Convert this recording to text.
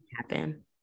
happen